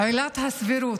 עילת הסבירות,